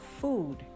food